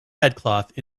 headcloth